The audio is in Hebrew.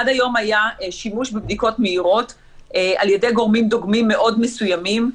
עד היום היה שימוש בבדיקות מהירות על ידי גורמים דוגמים מאוד מסוימים,